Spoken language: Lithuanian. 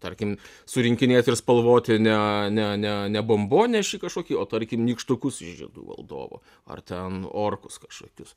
tarkim surinkinėti ir spalvoti ne ne ne ne bombonešį kažkokį o tarkim nykštukus iš žiedų valdovo ar ten orkus kažkokius